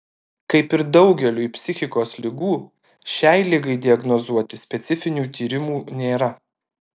kaip ir daugeliui psichikos ligų šiai ligai diagnozuoti specifinių tyrimų nėra